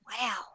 Wow